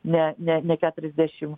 ne ne ne keturiasdešimt